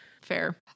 Fair